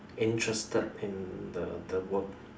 interested in the the work